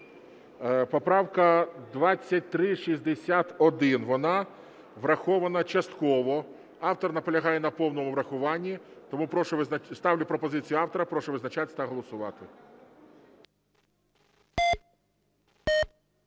Поправка 2361, вона врахована частково, автор наполягає на повному врахуванні. Ставлю пропозицію автора. Прошу визначатись та голосувати.